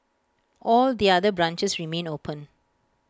all the other branches remain open